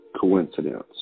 coincidence